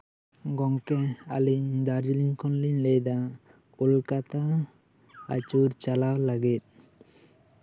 ᱜᱚᱢᱠᱮ ᱟᱞᱤᱧ ᱫᱟᱨᱡᱤᱞᱤᱝ ᱠᱷᱚᱱᱞᱤᱧ ᱞᱟᱹᱭᱫᱟ ᱠᱳᱞᱠᱟᱛᱟ ᱟᱪᱩᱨ ᱪᱟᱞᱟᱣ ᱞᱟᱹᱜᱤᱫ